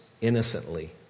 innocently